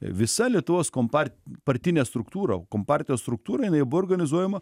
visa lietuvos kompart partinė struktūra kompartijos struktūra jinai buvo organizuojama